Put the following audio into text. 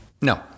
No